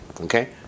okay